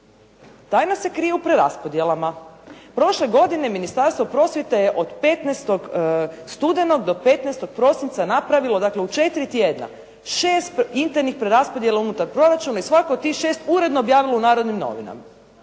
Tajna se krije u preraspodjelama. Prošle godine Ministarstvo prosvjete je od 15. studenog do 15. prosinca napravilo, dakle u 4 tjedna 6 internih preraspodjela unutar proračuna i svaku od tih 6 uredno objavilo u “Narodnim novinama“.